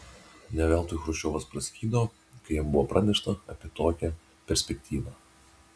ne veltui chruščiovas praskydo kai jam buvo pranešta apie tokią perspektyvą